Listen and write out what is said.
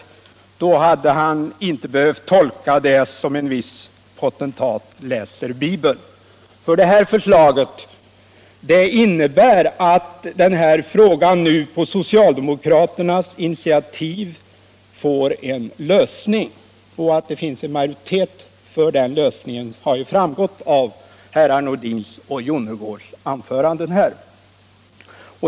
I så fall hade han inte behövt tolka betänkandet såsom en viss potentat läser Bibeln, för det här förslaget innebär att denna fråga nu på socialdemokraternas initiativ får en lösning - och att det finns en majoritet för den lösningen har ju framgått av herr Nordins och herr Jonnergårds anföranden här.